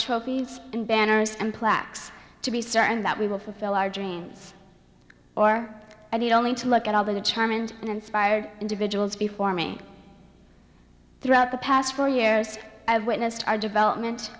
trophies and banners and plaques to be certain that we will fulfill our dreams or i need only to look at all the determined and inspired individuals before me throughout the past four years i've witnessed our development